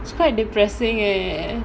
it's quite depressing eh